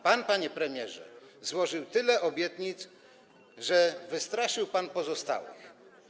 Pan, panie premierze, złożył tyle obietnic, że wystraszył pan pozostałych.